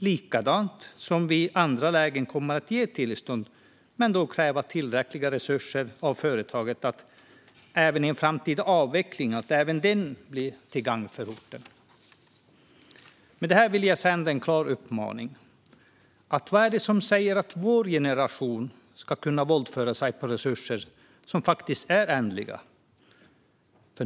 På samma sätt kommer vi i andra lägen att ge tillstånd men då kräva tillräckliga resurser av företaget så att även en framtida avveckling blir till gagn för orten. Med det här vill jag sända ut en klar uppmaning. Vad är det som säger att vår generation ska kunna våldföra sig på resurser som faktiskt är ändliga?